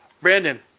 Brandon